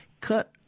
cut